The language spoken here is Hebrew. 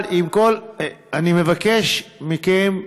אני מבקש מכם,